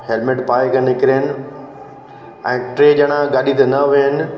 helmet पाए करे निकिरेनि ऐं टे ॼणा गाॾी ते न विहनि